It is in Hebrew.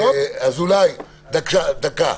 אזולאי, דקה.